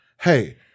Hey